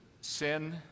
sin